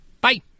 Bye